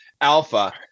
alpha